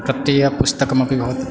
प्रत्ययपुस्तकमपि भवति